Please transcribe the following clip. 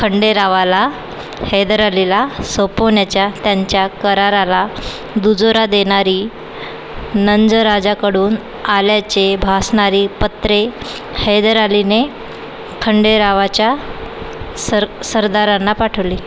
खंडेरावाला हैदरअलीला सोपवण्याच्या त्यांच्या कराराला दुजोरा देणारी नंजराजाकडून आल्याचे भासणारी पत्रे हैदरअलीने खंडेरावाच्या सर सरदारांना पाठवली